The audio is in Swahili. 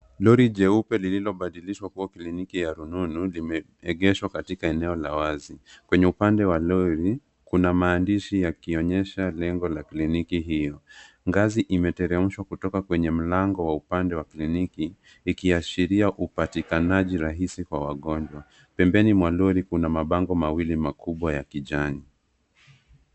Lori jeupe lililobadilishwa kuwa kliniki ya rununu limeegeshwa katika eneo la wazi. Kwenye upande wa lori kuna maandishi yakionyesha nembo ya kliniki hii. Ngazi imeteremshwa kutoka kwenye mlango wa upande wa kliniki ikiashiria upatikanaji rahisi kwa wagonjwa. Pembeni mwa lori kuna mabango mawili makubwa ya kijani.